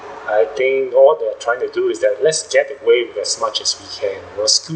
I think all they're trying to do is that let's get waived as much as we can because